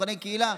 במבחני קהילה.